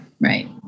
Right